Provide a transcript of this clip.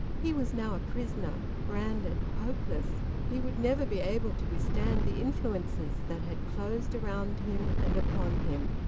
he was now a prisoner, branded, hopeless. he would never be able to withstand the influences that had closed around him and upon him.